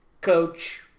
coach